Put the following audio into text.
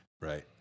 right